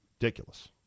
Ridiculous